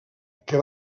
que